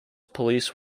police